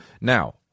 Now